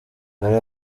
hari